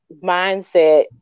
mindset